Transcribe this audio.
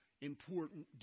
important